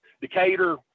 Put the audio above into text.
Decatur